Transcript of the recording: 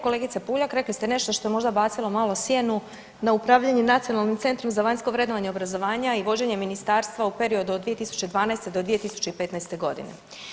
Kolegice Puljak rekli ste nešto što je možda bacilo malo sjenu na upravljanje Nacionalnim centrom za vanjsko vrednovanje obrazovanja i vođenje ministarstva u periodu od 2012. do 2015. godine.